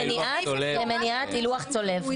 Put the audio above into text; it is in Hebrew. ומניעת הילוך צולב.